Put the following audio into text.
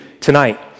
tonight